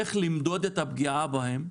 איך למדוד את הפגיעה בהם,